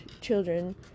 children